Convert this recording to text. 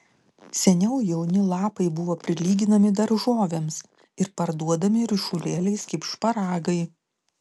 seniau jauni lapai buvo prilyginami daržovėms ir parduodami ryšulėliais kaip šparagai